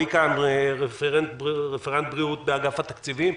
רועי קאהן, רפרנט בריאות באגף התקציבים,